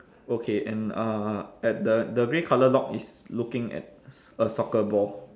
okay and uh at the the grey colour dog is looking at a soccer ball